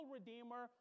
Redeemer